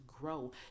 grow